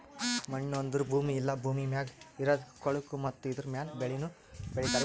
ಮಣ್ಣು ಅಂದುರ್ ಭೂಮಿ ಇಲ್ಲಾ ಭೂಮಿ ಮ್ಯಾಗ್ ಇರದ್ ಕೊಳಕು ಮತ್ತ ಇದುರ ಮ್ಯಾಲ್ ಬೆಳಿನು ಬೆಳಿತಾರ್